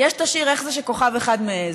יש את השיר "איך זה שכוכב אחד מעז"